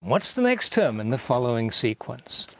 what's the next term in the following sequence?